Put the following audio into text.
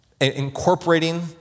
incorporating